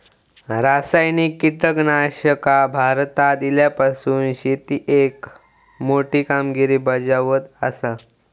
रासायनिक कीटकनाशका भारतात इल्यापासून शेतीएत मोठी कामगिरी बजावत आसा